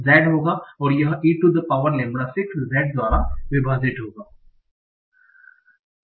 Z होंगा और यह e to the power lambda 6 Z द्वारा विभाजित होगा